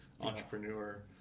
entrepreneur